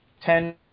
Ten